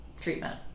treatment